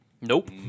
Nope